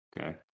Okay